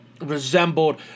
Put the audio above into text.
resembled